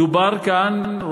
דובר כאן,